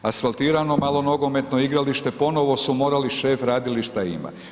Asfaltirano malonogometno igralište, ponovno su morali šef radilišta imat.